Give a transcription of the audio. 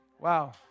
Wow